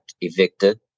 evicted